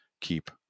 keep